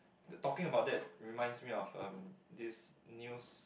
talking about that reminds me of um this news